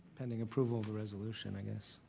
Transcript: pending approval of the resolution i guess.